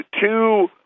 two